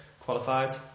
qualified